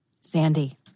Sandy